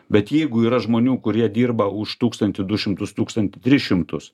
bet jeigu yra žmonių kurie dirba už tūkstantį du šimtus tūkstantį tris šimtus